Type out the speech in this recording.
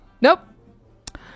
Nope